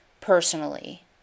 personally